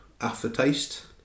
aftertaste